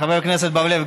חבר הכנסת בר-לב,